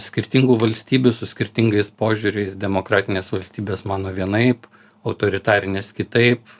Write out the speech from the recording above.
skirtingų valstybių su skirtingais požiūriais demokratinės valstybės mano vienaip autoritarinės kitaip